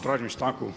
Tražim stanku.